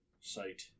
site